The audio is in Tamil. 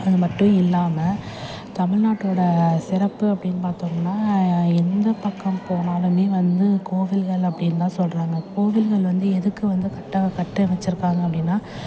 இதுமட்டும் இல்லாமல் தமிழ்நாட்டோட சிறப்பு அப்படின் பார்த்தோம்ன்னா எந்த பக்கம் போனாலுமே வந்து கோவில்கள் அப்படின்தான் சொல்கிறாங்க கோவில்கள் வந்து எதுக்கு வந்து கரெட்டாக கட்டமைச்சுருக்காங்க அப்படின்னா